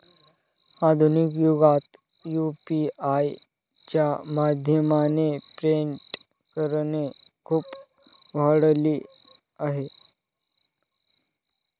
आधुनिक युगात यु.पी.आय च्या माध्यमाने पेमेंट करणे खूप वाढल आहे